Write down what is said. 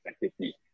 effectively